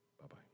Bye-bye